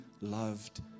loved